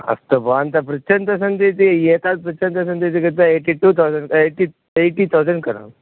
अस्तु भवन्तः पृच्छन्तस्सन्ति इति एतद् पृच्छन्तः सन्ति इति कृत्वा eighty two thousand eighty thousand करोमि